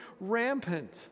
rampant